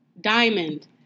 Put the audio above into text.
Diamond